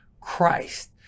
christ